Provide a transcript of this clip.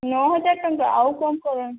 ନଅ ହଜାର ଟଙ୍କା ଆଉ କମ କର